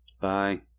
bye